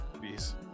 Peace